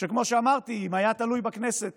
שכמו שאמרתי, אם היה תלוי בכנסת